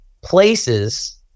places